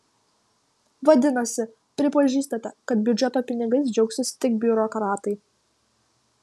vadinasi pripažįstate kad biudžeto pinigais džiaugsis tik biurokratai